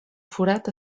forat